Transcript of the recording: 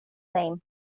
name